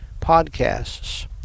Podcasts